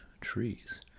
trees